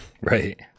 right